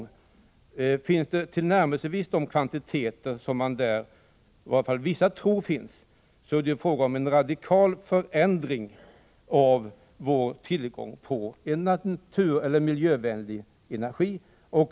Om det där finns tillnärmelsevis så stora kvantiteter som i varje fall en del tror att det rör sig om, är det ju fråga om en radikal förändring av vår tillgång på miljövänlig energi.